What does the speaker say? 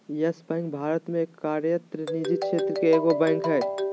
yes Bank Bharat में कार्यरत निजी क्षेत्र के एगो बैंक हइ